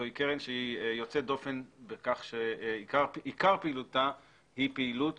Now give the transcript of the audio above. זוהי קרן שהיא יוצאת דופן בכך שעיקר פעילותה היא פעילות